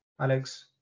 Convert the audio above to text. Alex